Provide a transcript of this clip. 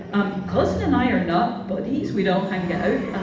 um alison and i are not buddies. we don't hang out.